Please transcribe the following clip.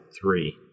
three